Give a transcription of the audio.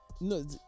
no